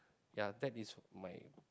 ya that is my